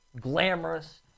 Glamorous